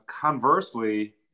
conversely